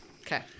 Okay